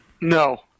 No